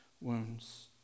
wounds